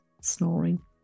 snoring